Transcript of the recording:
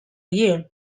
year